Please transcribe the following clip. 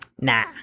Nah